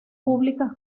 públicas